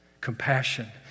Compassion